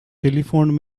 telephoned